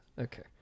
Okay